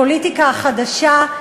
הפוליטיקה החדשה,